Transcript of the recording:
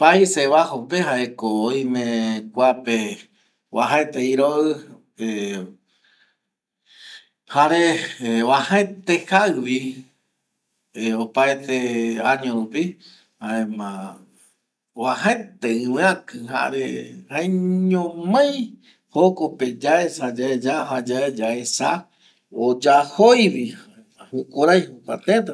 Paises bajos jaeko oime kuape uajaete iroi ˂hesitation˃ jare uajaete javi opaete año rupi jaema uajaete iviaki jare jaeñomai jokope yaesa yajaye yaesa oyajoivi jaema jukurei jokua teta